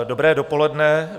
Dobré dopoledne.